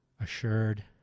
assured